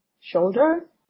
shoulder